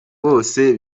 bose